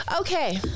Okay